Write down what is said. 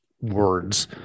words